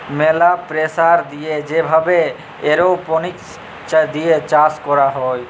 ম্যালা প্রেসার দিয়ে যে ভাবে এরওপনিক্স দিয়ে চাষ ক্যরা হ্যয়